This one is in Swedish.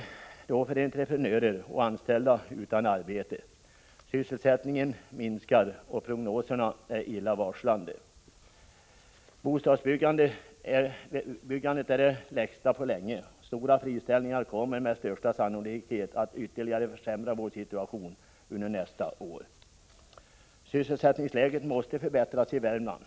Entreprenörer och anställda blir utan arbete. Sysselsättningen minskar och prognoserna är illavarslande. Bostadsbyggandet är det lägsta på länge. Stora friställningar kommer med största sannolikhet att ytterligare försämra situationen i vårt län under nästa år. Sysselsättningsläget måste förbättras i Värmland.